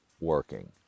working